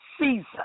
Caesar